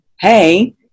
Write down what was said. hey